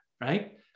right